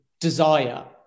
desire